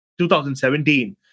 2017